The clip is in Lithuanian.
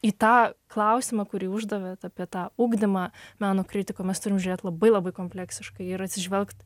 į tą klausimą kurį uždavėt apie tą ugdymą meno kritiką mes turim žiūrėti labai labai kompleksiškai ir atsižvelgt